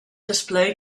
display